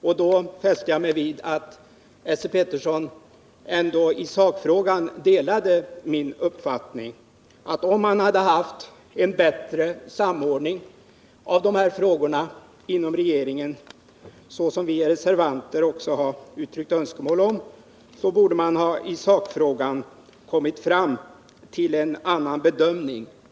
Esse Petersson och jag är överens i sakfrågan, nämligen att om man hade haft en bättre samordning i dessa frågor inom regeringen, något som vi reservanter uttryckt önskemål om, så borde man ha kunnat komma fram till en annan bedömning.